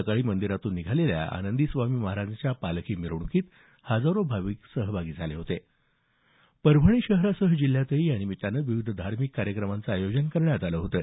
सकाळी मंदिरातून निघालेल्या आनंदी स्वामी महाराजांच्या पालखी मिरवणुकीत हजारो भाविक सहभागी झाले होते परभणी शहरासह जिल्ह्यातही यानिमित्तानं विविध धार्मिक कार्यक्रमांचं आयोजन करण्यात आलं होतं